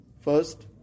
first